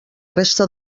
resta